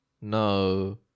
No